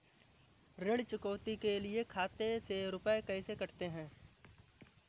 ऋण चुकौती के लिए खाते से रुपये कैसे कटते हैं?